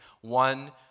One